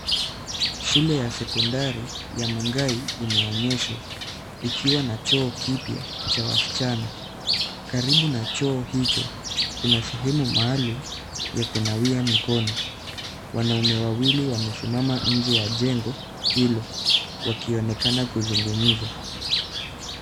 Shule ya sekondari ya Mungai imeonyeshwa, ikiwa na choo kipya cha wasichana. Karibu na choo hicho, kuna sehemu maalum ya kunawia mikono. Wanaume wawili wamesimama nje ya jengo hilo, wakionekana kuzungumza.